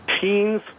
teens